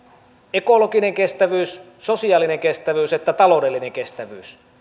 ekologinen kestävyys sosiaalinen kestävyys ja taloudellinen kestävyys